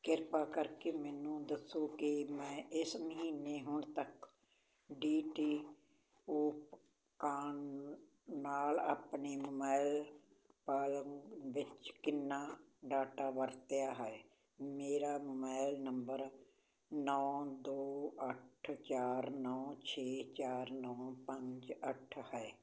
ਕਿਰਪਾ ਕਰਕੇ ਮੈਨੂੰ ਦੱਸੋ ਕਿ ਮੈਂ ਇਸ ਮਹੀਨੇ ਹੁਣ ਤੱਕ ਡੀਟੀਓਕਾਨ ਨਾਲ ਆਪਣੇ ਮੋਬਾਇਲ ਪਾਲਮ ਵਿੱਚ ਕਿੰਨਾ ਡਾਟਾ ਵਰਤਿਆ ਹੈ ਮੇਰਾ ਮੋਬਾਇਲ ਨੰਬਰ ਨੌਂ ਦੋ ਅੱਠ ਚਾਰ ਨੌਂ ਛੇ ਚਾਰ ਨੌਂ ਪੰਜ ਅੱਠ ਹੈ